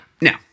Now